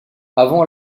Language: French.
avant